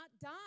die